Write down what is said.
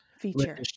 Feature